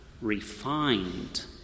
refined